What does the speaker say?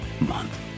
month